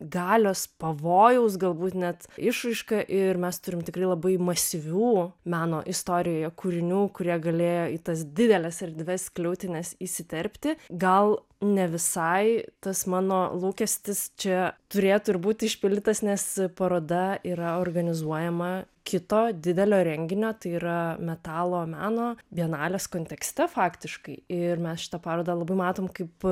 galios pavojaus galbūt net išraišką ir mes turim tikrai labai masyvių meno istorijoje kūrinių kurie galėjo į tas dideles erdves skliautines įsiterpti gal ne visai tas mano lūkestis čia turėtų ir būti išpildytas nes paroda yra organizuojama kito didelio renginio tai yra metalo meno bienalės kontekste faktiškai ir mes šitą parodą labai matom kaip